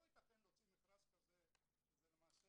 לא יתכן להוציא מכרז כזה שזה למעשה